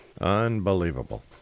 unbelievable